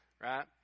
right